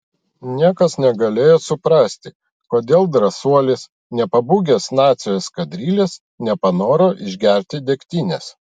niekas negalėjo suprasti kodėl drąsuolis nepabūgęs nacių eskadrilės nepanoro išgerti degtinės